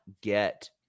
get